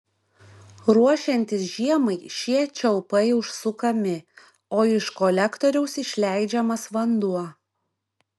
ruošiantis žiemai šie čiaupai užsukami o iš kolektoriaus išleidžiamas vanduo